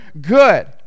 good